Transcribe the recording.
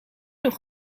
nog